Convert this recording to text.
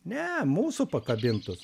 ne mūsų pakabintus